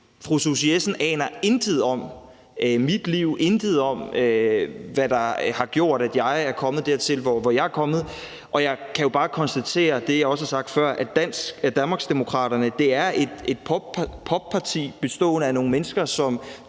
Fru Susie Jessen aner intet om mit liv, intet om, hvad der har gjort, at jeg er kommet dertil, hvor jeg er kommet. Og jeg kan jo bare konstatere det, jeg også har sagt før, nemlig at Danmarksdemokraterne er et popparti bestående af nogle mennesker, som